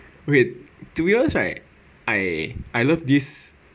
wait to be honest right I I love this